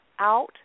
out